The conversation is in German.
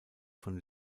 von